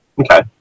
Okay